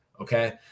okay